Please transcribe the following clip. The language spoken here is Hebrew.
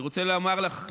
אני רוצה לומר לך,